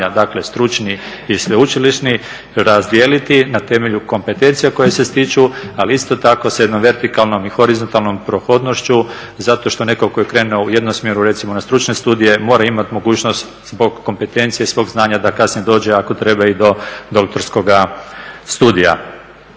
dakle stručni i sveučilišni razdijeliti na temelju kompetencija koje se stiču, ali isto tako s jednom vertikalnom i horizontalnom prohodnošću zato što neko ko je krenuo u jednom smjeru, recimo na stručne studije mora imat mogućnost zbog kompetencije svog znanja da kasnije dođe ako treba i do doktorskoga studija.